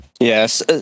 Yes